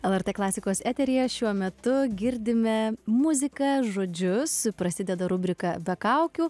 lrt klasikos eteryje šiuo metu girdime muziką žodžius prasideda rubrika be kaukių